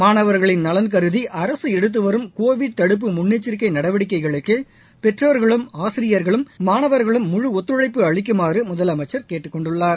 மாணவா்களின் நலன் கருதி அரசு எடுத்து வரும் கோவிட் தடுப்பு முன்னெச்சிக்கை நடவடிக்கைகளுக்கு பெற்றோர்களும் ஆசிரியர்களும் மாணவர்களும் முழு ஒத்துளழப்பு அளிக்குமாறு முதலளமச்சர் கேட்டுக் கொண்டுள்ளார்